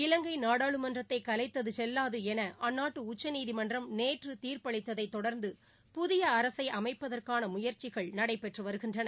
இலங்கைநாடாளுமன்றத்தைகலைத்ததுசெல்லாதுஎனஅந்நாட்டுஉச்சநீதிமன்றம் நேற்றுதீர்ப்பளித்ததைதொடர்ந்து புதியஅரசைஅமைப்பதற்கானமுயற்சிகள் நடைபெற்றுவருகின்றன